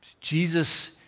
Jesus